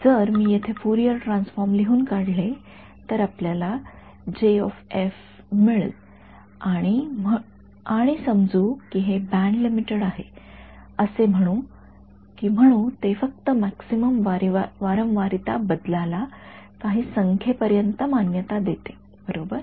जर मी येथे फुरियर ट्रान्सफॉर्म लिहून काढले तर आपल्याला मिळेल आणि समजू की हे बँड लिमिटेड आहे असे म्हणू की म्हणू ते फक्त मॅक्सिमम वारंवारिता बदलाला काही संख्येपर्यंत मान्यता देते बरोबर